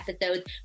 episodes